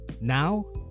Now